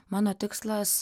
mano tikslas